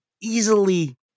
easily